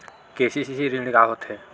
KCC ऋण का होथे?